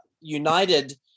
united